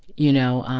you know,